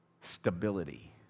stability